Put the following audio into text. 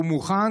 והוא מוכן